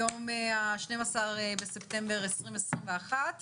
היום ה-12 בספטמבר 2021,